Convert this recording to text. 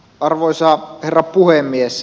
arvoisa herra puhemies